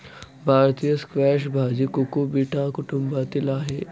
भारतीय स्क्वॅश भाजी कुकुबिटा कुटुंबातील आहे